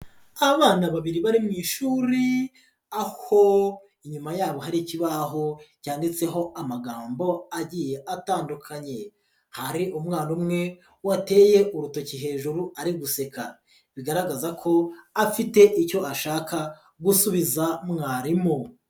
Abana babiri bari mu ishuri, aho inyuma yabo hari ikibaho cyanditseho amagambo agiye atandukanye, hari umwana umwe wateye urutoki hejuru ari guseka, bigaragaza ko afite icyo ashaka gusubiza mwarimu.